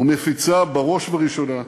ומפיציה, בראש ובראשונה,